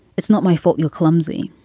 it's not my fault. your clumsy.